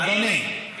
אדוני,